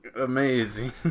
amazing